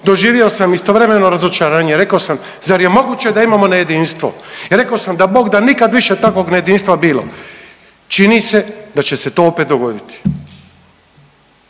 doživio sam istovremeno razočaranje. Rekao sam zar je moguće da imamo nejedinstvo. I rekao sam dao bog da nikad više takvog nejedinstva bilo. Čini se da će se to opet dogoditi.